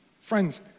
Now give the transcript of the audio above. friends